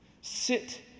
sit